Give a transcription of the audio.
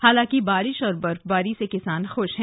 हालांकि बारिश और बर्फबारी से किसान खुश हैं